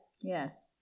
Yes